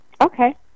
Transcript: Okay